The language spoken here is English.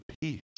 peace